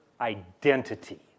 identity